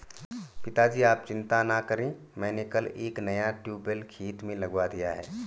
पिताजी आप चिंता ना करें मैंने कल एक नया ट्यूबवेल खेत में लगवा दिया है